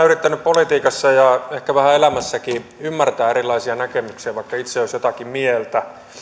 yrittänyt politiikassa ja ehkä vähän elämässäkin ymmärtää erilaisia näkemyksiä vaikka itse olisin jotakin mieltä